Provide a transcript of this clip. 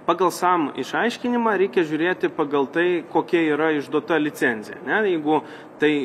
pagal sam išaiškinimą reikia žiūrėti pagal tai kokia yra išduota licencija jeigu tai